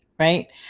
Right